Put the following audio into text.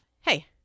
hey